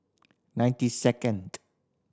ninety second